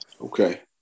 Okay